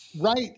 Right